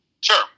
sure